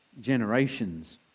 generations